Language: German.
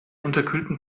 unterkühlten